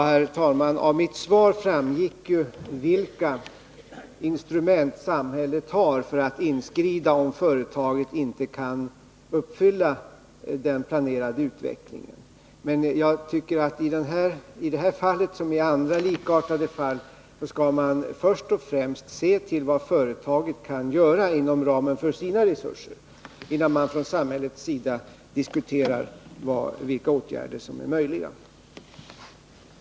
Herr talman! Av mitt svar framgick vilka instrument samhället har för att inskrida om företaget inte utvecklas som planerats. Men jag tycker att man i det här fallet, liksom i andra likartade fall, först och främst skall undersöka vad företaget kan göra inom ramen för sina resurser innan man diskuterar vilka åtgärder som är möjliga från samhällets sida.